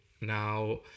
Now